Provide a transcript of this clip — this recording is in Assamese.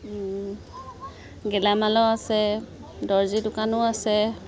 গেলামালো আছে দৰ্জী দোকানো আছে